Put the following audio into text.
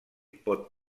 pot